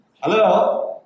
Hello